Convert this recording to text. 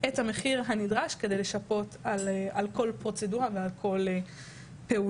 - את המחיר הנדרש כדי לשפות על כל פרוצדורה ועל כל פעולה.